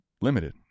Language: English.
limited